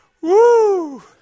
Woo